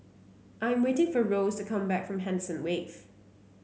I am waiting for Rose to come back from Henderson Wave